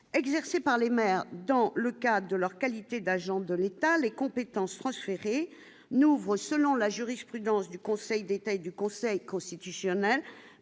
exercée par les maires, dans le cas de leur qualité d'agents de l'État, les compétences transférées nouveau selon la jurisprudence du Conseil d'État et du Conseil constitutionnel,